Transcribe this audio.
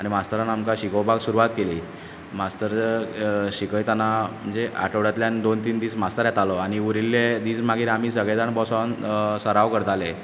आनी मास्तरान आमकां शिकोवपाक सुरवात केली मास्तर शिकयताना म्हणजे आठवड्यांतल्यान दोन तीन दीस मास्तर येतालो आनी उरील्ले दीस मागीर आमी सगळे जाण बसोन सराव करताले